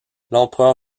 l’empereur